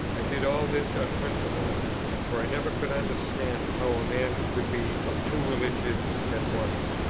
i did all this on principle for i never could understand how a man could be of two religions at once.